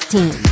Team